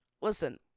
listen